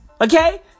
Okay